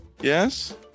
Yes